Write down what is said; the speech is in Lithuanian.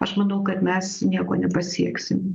aš manau kad mes nieko nepasieksim